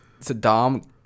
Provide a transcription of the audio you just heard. Saddam